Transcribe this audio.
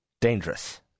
dangerous